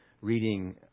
reading